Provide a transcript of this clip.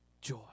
joy